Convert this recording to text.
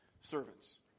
servants